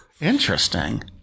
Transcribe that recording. Interesting